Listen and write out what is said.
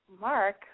Mark